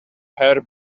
hair